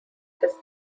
his